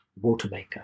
watermaker